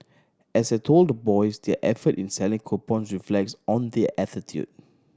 as I told the boys their effort in selling coupon reflects on their attitude